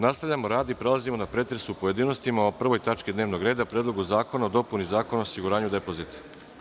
Nastavljamo rad i prelazimo na pretres u pojedinostima o 1. tački dnevnog reda – Predlogu zakona o dopuni Zakona o osiguranju depozita.